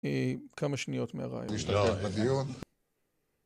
כמה שניות מהראיון